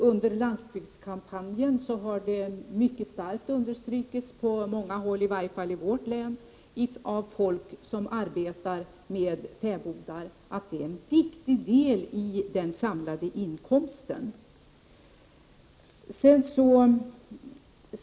Under landsbygdskampanjen har det på många håll mycket starkt understrukits, i varje fall i vårt län, från de människor som arbetar med fäbodar att dessa står för en viktig del av den samlade inkomsten.